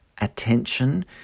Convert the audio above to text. attention